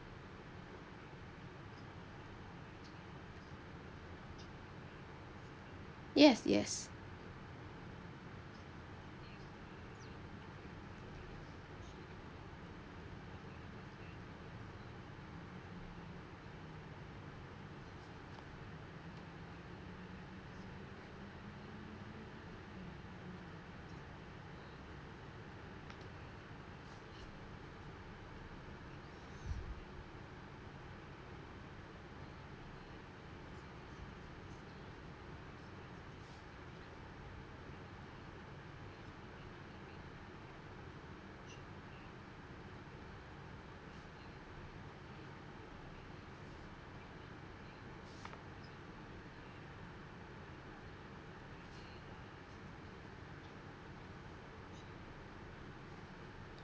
yes yes